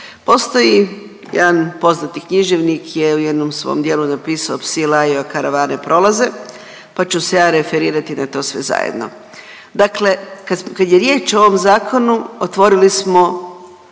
Postoji jedan poznati književnik je u jednom svom djelu napisao psi laju, a karavane prolaze, pa ću se ja referirati na to sve zajedno. Dakle, kad je riječ o ovom zakonu otvorili smo